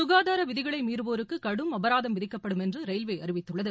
சுகாதார விதிகளை மீறுவோருக்கு கடும் அபராதம் விதிக்கப்படும் என்று ரயில்வே அறிவித்துள்ளது